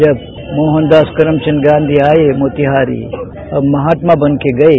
जब मोहन दास करमचंद गांधी आये मोतिहारी अब महात्मा बनकर गये